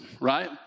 right